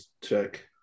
check